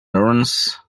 lawrence